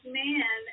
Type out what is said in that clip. man